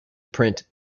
print